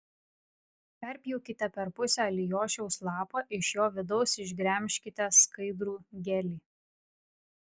perpjaukite per pusę alijošiaus lapą iš jo vidaus išgremžkite skaidrų gelį